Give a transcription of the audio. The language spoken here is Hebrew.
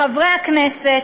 חברי הכנסת,